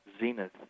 zenith